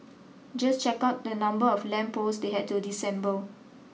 just check out the number of lamp posts they had to disassemble